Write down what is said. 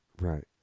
Right